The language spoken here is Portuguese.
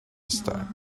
estar